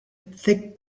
thick